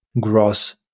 gross